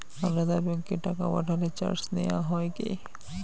আলাদা ব্যাংকে টাকা পাঠালে চার্জ নেওয়া হয় কি?